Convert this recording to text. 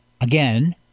Again